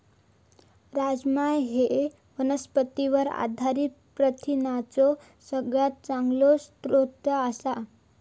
राजमा ह्यो वनस्पतींवर आधारित प्रथिनांचो सगळ्यात चांगलो स्रोत आसा